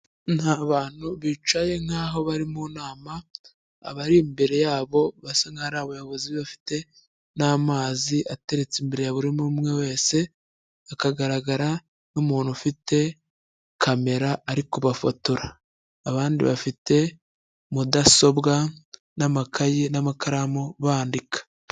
Ni abantu bicaye nkaho bari mu nama, abari imbere yabo basa nk'aho ari abayobozi bafite n'amazi ateretse imbere ya buri umwe wese, hakagaragara n'umuntu ufite kamera ari kubafotora abandi bafite mudasobwa n'amakayi n'amakaramu bandika.